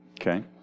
Okay